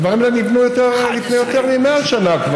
הדברים האלה נבנו לפני כבר יותר מ-100 שנה,